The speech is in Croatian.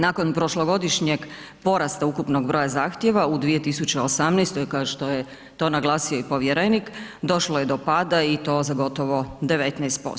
Nakon prošlogodišnjeg porasta ukupnog broja zahtjeva, u 2018., kao što je to naglasio i povjerenik, došlo je do pada i to za gotovo 19%